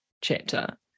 chapter